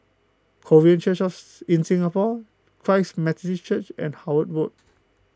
Korean Churches in Singapore Christ Methodist Church and Howard Road